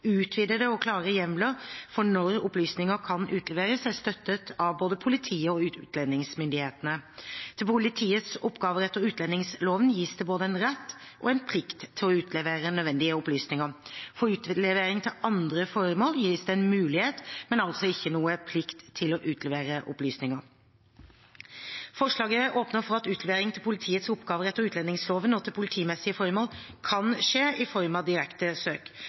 og klare hjemler for når opplysninger kan utleveres, er støttet av både politiet og utlendingsmyndighetene. Til politiets oppgaver etter utlendingsloven gis det både en rett og en plikt til å utlevere nødvendige opplysninger. For utlevering til andre formål gis det mulighet, men ikke noen plikt til å utlevere opplysninger. Forslaget åpner for at utlevering til politiets oppgaver etter utlendingsloven og til politimessige formål kan skje i form av direkte søk.